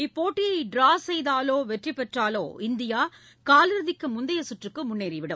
இப்போட்டியை டிரா செய்தாலோ வெற்றி பெற்றாலோ இந்தியா காலிறுதி முந்தையச் சுற்றுக்கு முன்னேறிவிடும்